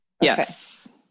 Yes